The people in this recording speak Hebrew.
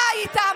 אתה היית,